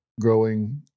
growing